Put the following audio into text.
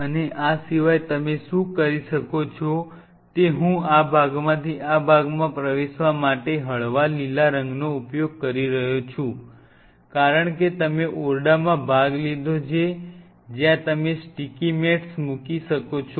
અને આ સિવાય તમે શું કરી શકો છો તે હું આ ભાગમાંથી આ ભાગમાં પ્રવેશવા માટે હળવા લીલા રંગનો ઉપયોગ કરી રહ્યો છું કારણ કે તમે ઓરડામાં ભાગ લીધો છે જ્યાં તમે સ્ટીકી મેટ્સ મૂકી શકો છો